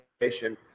education